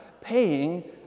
paying